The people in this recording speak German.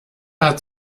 hat